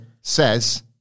says